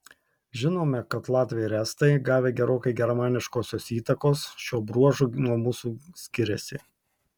žinome kad latviai ir estai gavę gerokai germaniškosios įtakos šiuo bruožu nuo mūsų skiriasi